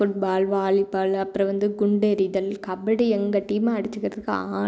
football volleyball அப்புறம் வந்து குண்டெறிதல் கபடி எங்கள் டீம்மை அடிச்சிக்கிறதுக்கு ஆளே இல்லை